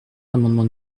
l’amendement